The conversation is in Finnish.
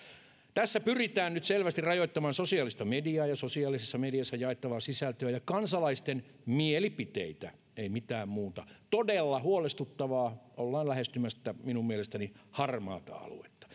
tässä pyritään nyt selvästi rajoittamaan sosiaalista mediaa ja sosiaalisessa mediassa jaettavaa sisältöä ja kansalaisten mielipiteitä ei mitään muuta todella huolestuttavaa ollaan lähestymässä minun mielestäni harmaata aluetta